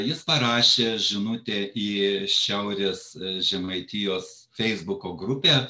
jis parašė žinutę į šiaurės žemaitijos feisbuko grupę